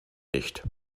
nicht